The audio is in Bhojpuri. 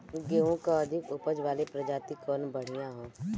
गेहूँ क अधिक ऊपज वाली प्रजाति कवन बढ़ियां ह?